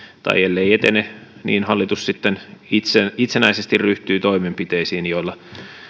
tai ellei etene niin hallitus sitten itsenäisesti ryhtyy toimenpiteisiin joilla